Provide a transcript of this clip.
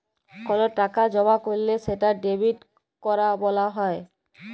call টাকা জমা ক্যরলে সেটা ডেবিট ক্যরা ব্যলা হ্যয়